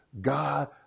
God